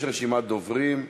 יש רשימת דוברים.